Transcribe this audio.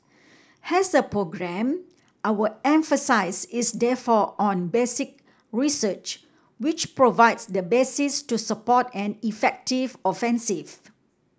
as a programme our emphasis is therefore on basic research which provides the basis to support an effective offensive